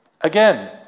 Again